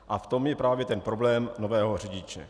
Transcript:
A v tom je právě ten problém nového řidiče.